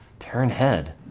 turn head